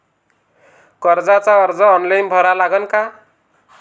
कर्जाचा अर्ज ऑनलाईन भरा लागन का?